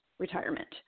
retirement